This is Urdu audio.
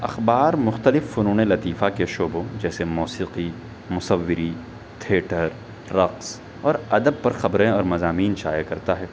اخبار مختلف فنون لطیفہ کے شعبوں جیسے موسیقی مصوری تھیٹر رقص اور ادب پر خبریں اور مضامین شائع کرتا ہے